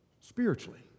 spiritually